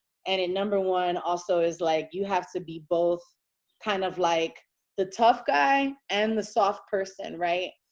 and and number one also is like you have to be both kind of like the tough guy and the soft person. right.